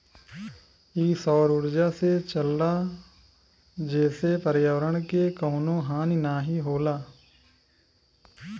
इ सौर उर्जा से चलला जेसे पर्यावरण के कउनो हानि नाही होला